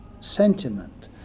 sentiment